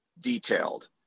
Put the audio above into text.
detailed